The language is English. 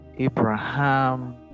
Abraham